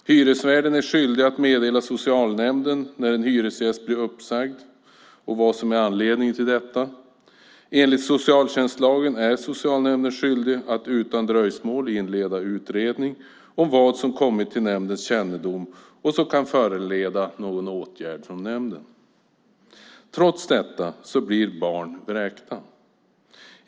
Hyresvärden är skyldig att meddela socialnämnden när en hyresgäst blir uppsagd och vad som är anledningen till detta. Enligt socialtjänstlagen är socialnämnden skyldig att utan dröjsmål inleda utredning om vad som har kommit till nämndens kännedom och som kan föranleda någon åtgärd från nämnden. Trots detta blir barn vräkta.